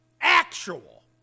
actual